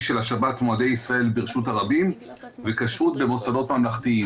של השבת ומועדי ישראל ברשות הרבים וכשרות במוסדות ממלכתיים.